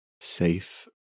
safe